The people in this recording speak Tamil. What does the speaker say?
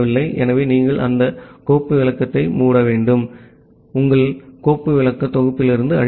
ஆகவே நீங்கள் அந்த கோப்பு விளக்கத்தை மூடி உங்கள் கோப்பு விளக்க தொகுப்பிலிருந்து அழிக்கவும்